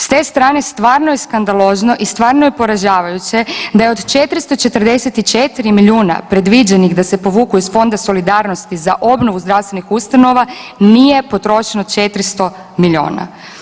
S te strane stvarno je skandalozno i stvarno je poražavajuće da je od 444 milijuna predviđenih da se povuku iz Fonda solidarnosti za obnovu zdravstvenih ustanova nije potrošeno 400 milijuna.